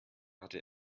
hatte